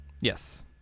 yes